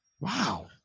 wow